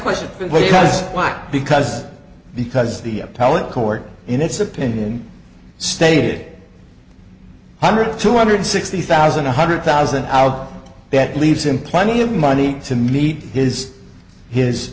question was why because because the appellate court in its opinion stated hundred two hundred sixty thousand one hundred thousand out that leaves him plenty of money to meet his his